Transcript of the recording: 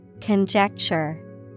Conjecture